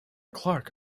clark